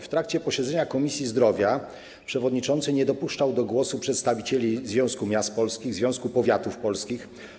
W trakcie posiedzenia Komisji Zdrowia przewodniczący nie dopuszczał do głosu przedstawicieli Związku Miast Polskich, Związku Powiatów Polskich.